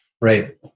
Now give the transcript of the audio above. right